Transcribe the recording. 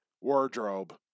wardrobe